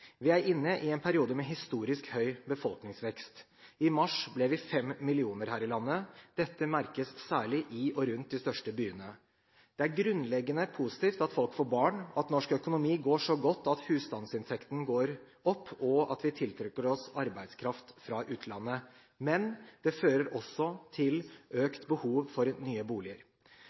Vi er inne i en periode med historisk høy befolkningsvekst. I mars ble vi fem millioner her i landet. Dette merkes særlig i og rundt de største byene. Det er grunnleggende positivt at folk får barn, at norsk økonomi går så godt, at husstandsinntektene går opp, og at vi tiltrekker oss arbeidskraft fra utlandet, men det fører også til økt behov for nye boliger.